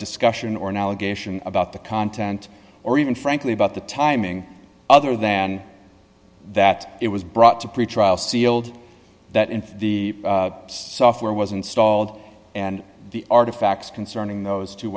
discussion or an allegation about the content or even frankly about the timing other than that it was brought to pretrial sealed that in fact the software was installed and the artifacts concerning those two